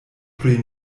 pri